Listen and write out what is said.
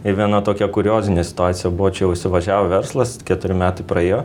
ir viena tokia kuriozinė situacija buvo čia įsivažiavo verslas keturi metai praėjo